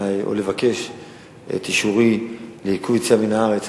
או לבקש את אישורי לעיכוב צו יציאה מהארץ,